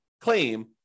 claim